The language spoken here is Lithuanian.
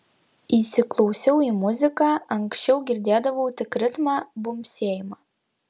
įsiklausiau į muziką anksčiau girdėdavau tik ritmą bumbsėjimą